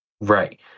Right